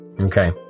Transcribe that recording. Okay